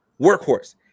workhorse